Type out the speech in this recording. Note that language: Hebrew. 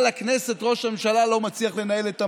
הכנסת ראש הממשלה לא מצליח לנהל את המשבר.